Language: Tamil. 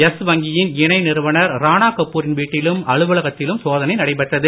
எஸ் வங்கியின் இணை நிறுவனர் ரானாகபூரின் வீட்டிலும் அலுவலகத்திலும் சோதனை நடைபெற்றது